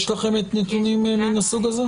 יש לכם נתונים מהסוג הזה?